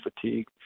fatigue